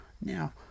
Now